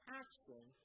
action